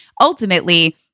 ultimately